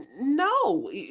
no